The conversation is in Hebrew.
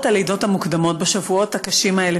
הלידות המוקדמות בשבועות הקשים האלה,